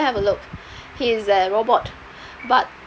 go and have a look he is a robot but